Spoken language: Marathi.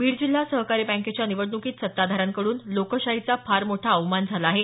बीड जिल्हा सहकारी बॅकेच्या निवडणुकीत सत्ताधाऱ्यांकडून लोकशाहीचा फार मोठा अवमान झाला आहे